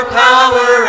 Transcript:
power